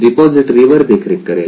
repository वर देखरेख करेल